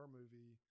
movie